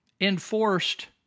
enforced